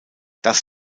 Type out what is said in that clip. das